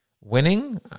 Winning